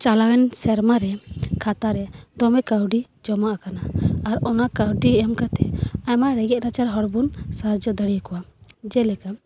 ᱪᱟᱞᱟᱣᱮᱱ ᱥᱮᱨᱢᱟᱨᱮ ᱠᱷᱟᱛᱟᱨᱮ ᱫᱚᱢᱮ ᱠᱟᱹᱣᱰᱤ ᱡᱚᱢᱟ ᱟᱠᱟᱱᱟ ᱟᱨ ᱚᱱᱟ ᱠᱟᱹᱣᱰᱤ ᱮᱢ ᱠᱟᱛᱮ ᱟᱭᱢᱟ ᱨᱮᱸᱜᱮᱡ ᱱᱟᱪᱟᱨ ᱦᱚᱲ ᱵᱚᱱ ᱥᱟᱦᱟᱡᱡᱚ ᱫᱟᱲᱮᱣ ᱠᱚᱣᱟ ᱡᱮᱞᱮᱠᱟ